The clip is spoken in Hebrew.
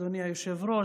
אדוני היושב-ראש,